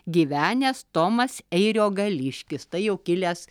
gyvenęs tomas eiriogališkis tai jau kilęs